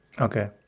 Okay